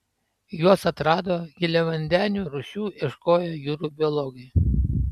juos atrado giliavandenių rūšių ieškoję jūrų biologai